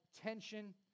tension